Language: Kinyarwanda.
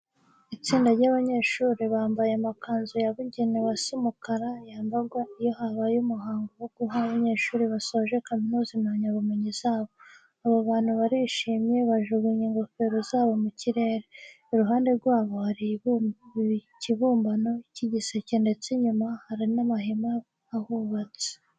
Itsinda ry'abanyeshuri bambaye amakanzu yabugenewe asa umukara yambarwa iyo habaye umuhango wo guha abanyeshuri basoje kaminuza impamyabumenyi zabo. Abo bantu barishimye, bajugunye ingofero zabo mu kirere. Iruhande rwabo hari ikibumbano cy'igiseke ndetse inyuma hari n'amahema ahubatse.